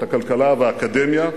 את הכלכלה ואת האקדמיה,